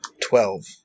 Twelve